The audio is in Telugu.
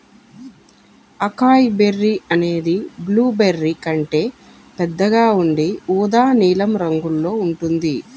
అకాయ్ బెర్రీ అనేది బ్లూబెర్రీ కంటే పెద్దగా ఉండి ఊదా నీలం రంగులో ఉంటుంది